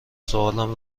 سوالم